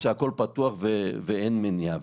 שהכול פתוח ואין מניעה.